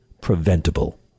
preventable